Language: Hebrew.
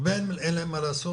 הרבה אין להם מה לעשות,